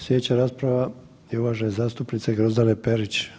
Sljedeća rasprava je uvažene zastupnice Grozdane Perić.